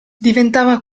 diventava